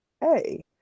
hey